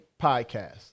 Podcast